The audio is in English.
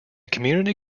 community